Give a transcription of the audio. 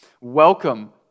Welcome